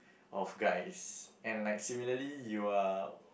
of guys and like similarly you are